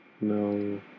no